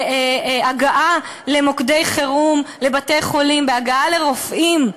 בהגעה למוקדי חירום, לבתי-חולים, בהגעה לרופאים.